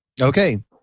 Okay